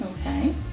okay